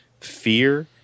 fear